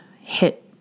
hit